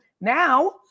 Now